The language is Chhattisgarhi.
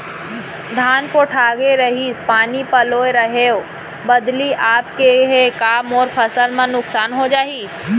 धान पोठागे रहीस, पानी पलोय रहेंव, बदली आप गे हे, का मोर फसल ल नुकसान हो जाही?